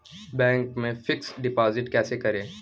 Bank में fix deposit कैसे करें?